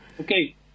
Okay